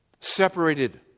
Separated